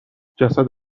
جسد